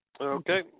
Okay